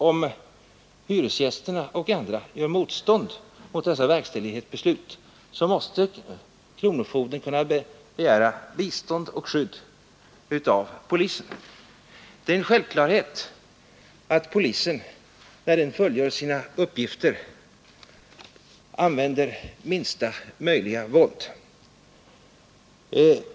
Om hyresgäster eller andra gör motstånd mot verkställighetsbeslut, måste kronofogden kunna begära bistånd och skydd av polisen. Det är en självklarhet att polisen när den fullgör sina uppgifter använder minsta möjliga våld.